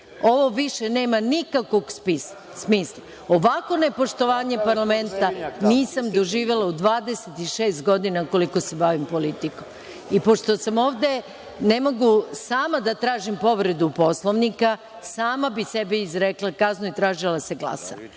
Ovo više nema nikakvog smisla. Ovakvo nepoštovanje parlamenta nisam doživela u 26 godina, koliko se bavim politikom. Pošto sam ovde, ne mogu sama da tražim povredu Poslovnika, sama bih sebi izrekla kaznu i tražila da se glasa.